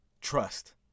Trust